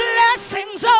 Blessings